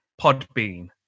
Podbean